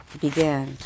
began